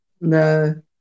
No